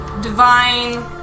divine